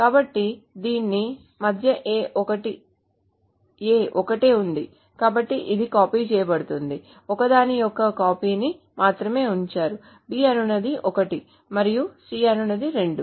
కాబట్టి దీని మధ్య A ఒకటే ఉంది కాబట్టి ఇది కాపీ చేయబడింది ఒకదాని యొక్క ఒక కాపీని మాత్రమే ఉంచారు B అనునది 1 మరియు C అనునది 2